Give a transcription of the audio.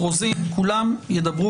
עכשיו היה צריך לעבור.